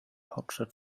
hauptstadt